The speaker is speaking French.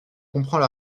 comprends